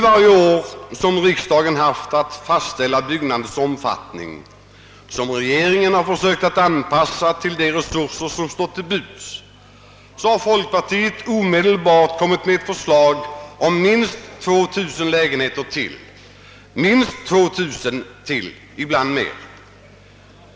Varje år som riksdagen haft att fastställa byggandets omfattning, en omfattning som regeringen försökt anpassa till de resurser som stått till buds, har folkpartiet omedelbart kommit med ett förslag om minst 2000 lägenheter ytterligare, ibland mer.